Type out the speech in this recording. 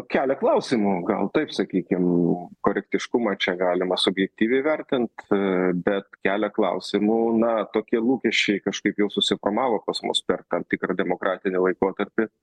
kelia klausimų gal taip sakykim korektiškumą čia galima subjektyviai vertint bet kelia klausimų na tokie lūkesčiai kažkaip jau susiformavo pas mus per tam tikrą demokratinį laikotarpį